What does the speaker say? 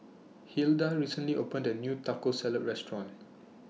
Hilda recently opened A New Taco Salad Restaurant